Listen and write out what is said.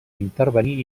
intervenir